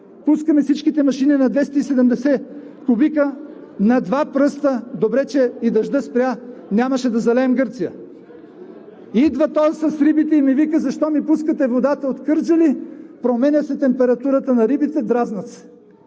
пускаме всичките машини на 270 кубика – на два пръста. Добре, че и дъждът спря, нямаше да залеем Гърция. Идва този с рибите и ми вика: защо ни пускате водата от Кърджали, променя се температурата на рибите, дразнят се?